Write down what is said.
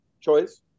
choice